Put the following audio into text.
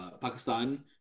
Pakistan